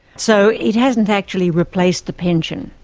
so it hasn't actually replaced the pension.